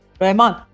Raymond